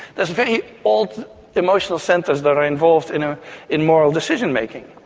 there are very old emotional centres that are involved in ah in moral decision-making.